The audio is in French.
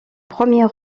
premier